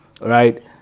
right